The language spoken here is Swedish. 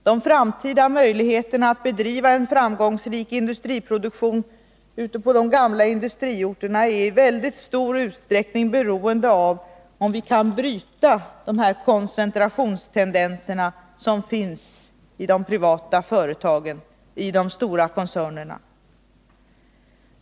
De framtida möjligheterna att bedriva en framgångsrik industriproduktion ute på de gamla industriorterna är i väldigt stor utsträckning beroende av om vi kan bryta de koncentrationstendenser som finns i de privata företagen, i de stora koncernerna.